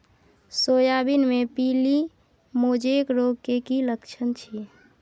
Soybean मे पीली mosaic रोग के की लक्षण छीये?